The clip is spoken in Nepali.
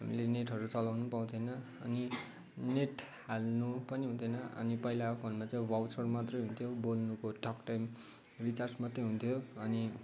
हामीले नेटहरू चलाउनु पाउँथेन अनि नेट हाल्नु पनि हुन्थेन अनि पहिलाको फोनमा चाहिँ अब भाउचर मात्र हुन्थ्यो बोल्नुको टकटाइम रिचार्ज मात्रै हुन्थ्यो अनि